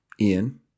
Ian